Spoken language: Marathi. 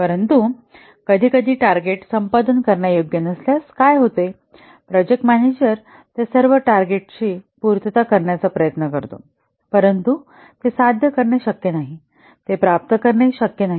परंतु कधीकधी टार्गेट संपादन करण्यायोग्य नसल्यास काय होते प्रोजेक्ट मॅनेजर त्या सर्व टार्गेटांची पूर्तता करण्याचा प्रयत्न करतो परंतु ते साध्य करणे शक्य नाही ते प्राप्त करणे शक्य नाही